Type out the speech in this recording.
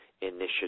initiative